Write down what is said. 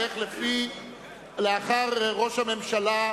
לאחר ראש הממשלה,